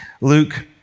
Luke